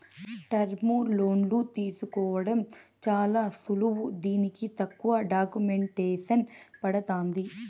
టర్ములోన్లు తీసుకోవడం చాలా సులువు దీనికి తక్కువ డాక్యుమెంటేసన్ పడతాంది